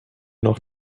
noch